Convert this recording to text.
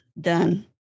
done